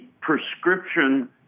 prescription